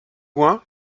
loin